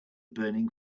burning